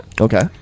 okay